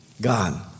God